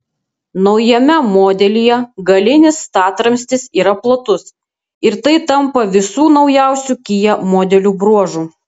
naujame modelyje galinis statramstis yra platus ir tai tampa visų naujausių kia modelių bruožu